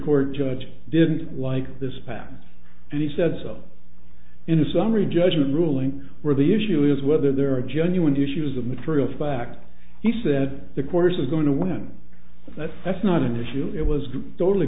court judge didn't like this patch and he said so in a summary judgment ruling where the issue is whether there are genuine tissues of material fact he said the course is going to win that's that's not an issue it was totally